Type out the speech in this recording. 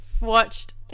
watched